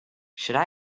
should